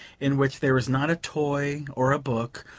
in which there was not a toy or a book,